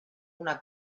una